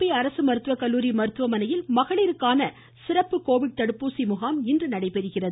பெ அரசு மருத்துவக்கல்லூரி மருத்துவமனையில் மகளிருக்கான சிறப்பு கோவிட் தடுப்பூசிமுகாம் இன்று நடைபெறுகிறது